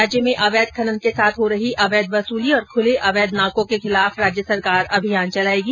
राज्य में अवैध खनन के साथ हो रही अवैध वसूली और खुले अवैध नाको के खिलाफ राज्य सरकार अभियान चलायेगी